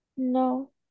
No